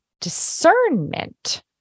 discernment